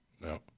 No